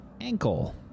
ankle